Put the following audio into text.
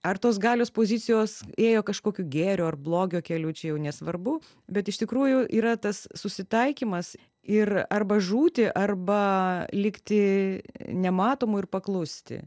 ar tos galios pozicijos ėjo kažkokiu gėrio ar blogio keliu čia jau nesvarbu bet iš tikrųjų yra tas susitaikymas ir arba žūti arba likti nematomu ir paklusti